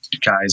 guys